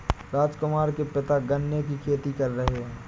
राजकुमार के पिता गन्ने की खेती कर रहे हैं